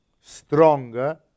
stronger